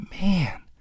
man